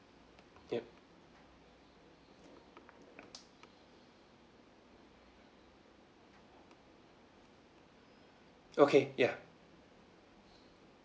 yup okay ya